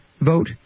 vote